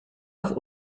auf